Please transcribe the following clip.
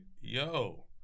yo